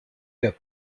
cup